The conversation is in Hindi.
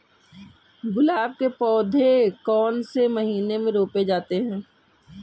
गुलाब के पौधे कौन से महीने में रोपे जाते हैं?